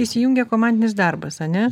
įsijungia komandinis darbas ane